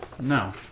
No